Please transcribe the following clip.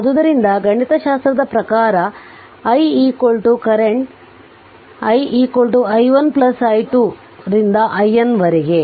ಆದ್ದರಿಂದ ಗಣಿತಶಾಸ್ತ್ರದ ಪ್ರಕಾರ i ಈ current i i i1 i2 ರಿಂದ iN ವರೆಗೆ